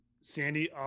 Sandy